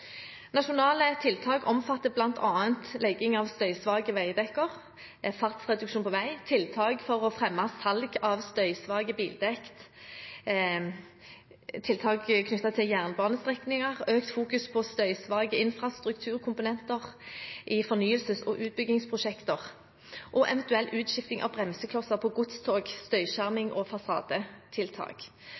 Nasjonale tiltak omfatter bl.a. legging av støysvake veidekker, fartsreduksjon på vei, tiltak for å fremme salg av støysvake bildekk, tiltak knyttet til jernbanestrekninger, økt fokus på støysvake infrastrukturkomponenter i fornyelses- og utbyggingsprosjekter, og eventuell utskifting av bremseklosser på godstog, støyskjerming og